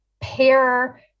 pair